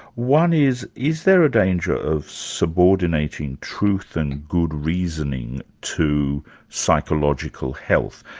one is, is there a danger of subordinating truth and good reasoning to psychological health?